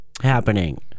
happening